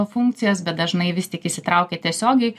funkcijas bet dažnai vis tik įsitraukia tiesiogiai